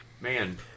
Man